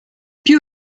più